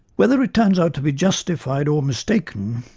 whether it turns out to be justified or mistaken,